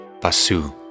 Basu